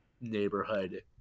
neighborhood